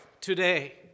today